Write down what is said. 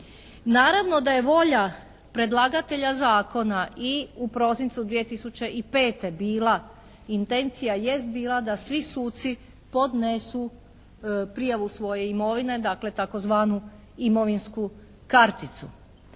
Naravno da je volja predlagatelja zakona i u prosincu 2005. bila, intencija jest bila da svi suci podnesu prijavu svoje imovine, dakle tzv. imovinsku karticu.